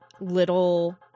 little